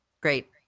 Great